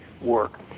work